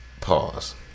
pause